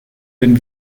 den